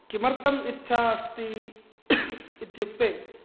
किमर्थम् इच्छा अस्ति इत्युक्ते